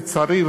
לצערי,